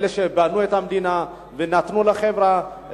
אלה שבנו את המדינה ונתנו לחברה,